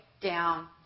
down